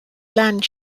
land